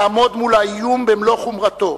לעמוד מול האיום במלוא חומרתו,